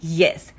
yes